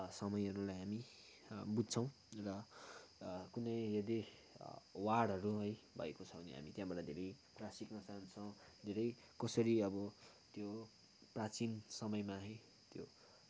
समयहरूलाई हामी बुझ्छौँ र कुनै यदि वारहरू है भएको छ भने हामी त्यहाँबाट धेरै कुरा सिक्न चाहन्छौँ धेरै कसरी अब त्यो प्राचीन समयमा त्यो